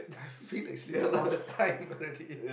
feel like sleeping all the time already